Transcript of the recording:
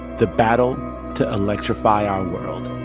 the battle to electrify our world